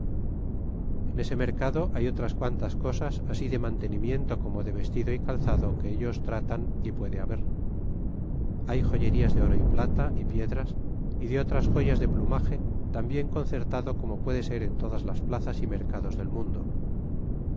en este mercado hay todas quintas cosas así de mantenimien to como de vestido y calzado que ellos tratan y puede haber hay joyerías de oro y plata y piedras y de otras joyas de plumage tambien concertado como puede ser en todas las plazas a y mercados del mundo